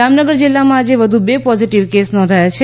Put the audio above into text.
જામનગર જીલ્લામાં આજે વધુ બે પોઝીટીવ કેસ નોંધાયા છે